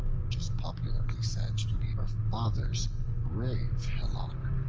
which is popularly said to be her father's grave-hillock.